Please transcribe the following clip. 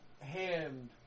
hand